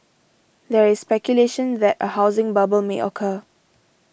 there is speculation that a housing bubble may occur